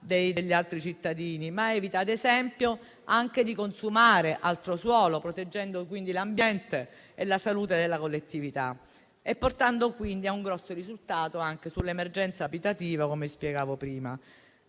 degli altri cittadini, ma evita ad esempio anche di consumare altro suolo, proteggendo quindi l'ambiente e la salute della collettività, determinando un grosso risultato anche sull'emergenza abitativa, come spiegavo prima.